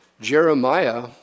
Jeremiah